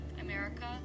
America